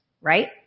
right